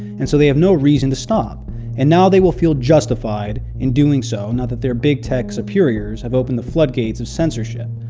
and so they have no reason to stop and now they will feel justified in doing so now that their big tech superiors have opened the floodgates of censorship.